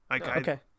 Okay